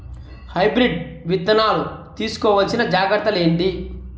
Hybrid విత్తనాలు తీసుకోవాల్సిన జాగ్రత్తలు ఏంటి?